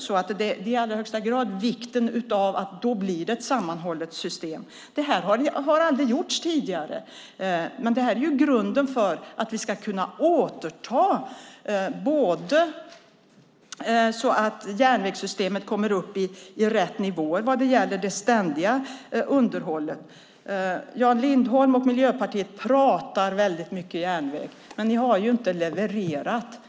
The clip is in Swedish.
Då blir det ett sammanhållet system. Detta har aldrig gjorts tidigare, men det är grunden för att vi ska kunna få järnvägssystemet att komma upp i rätt nivåer vad gäller det ständiga underhållet. Jan Lindholm och Miljöpartiet pratar väldigt mycket järnväg, men ni har inte levererat.